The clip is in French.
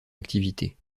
activité